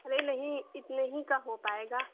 ارے نہیں اتنے ہی کا ہو پائے گا